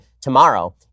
tomorrow